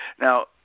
Now